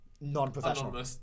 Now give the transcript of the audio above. non-professional